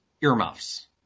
earmuffs